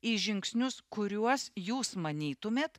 į žingsnius kuriuos jūs manytumėt